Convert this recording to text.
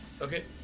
Okay